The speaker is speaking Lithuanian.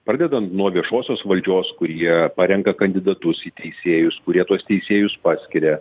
pradedant nuo viešosios valdžios kurie parenka kandidatus į teisėjus kurie tuos teisėjus paskiria